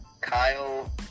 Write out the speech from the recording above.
Kyle